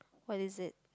what is it